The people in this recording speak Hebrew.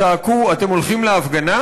צעקו: אתם הולכים להפגנה?